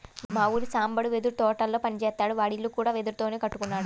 మా ఊరి సాంబడు వెదురు తోటల్లో పని జేత్తాడు, వాడి ఇల్లు కూడా వెదురుతోనే కట్టుకున్నాడు